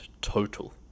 total